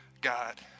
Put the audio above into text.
God